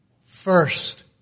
first